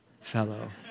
fellow